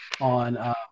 on